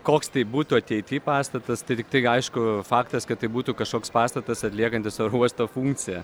koks tai būtų ateity pastatas tai tiktai aišku faktas kad tai būtų kažkoks pastatas atliekantis oro uosto funkciją